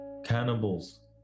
cannibals